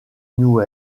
new